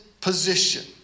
position